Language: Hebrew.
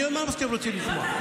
אני יודע מה אתם רוצים לשמוע.